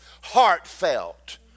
heartfelt